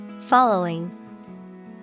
Following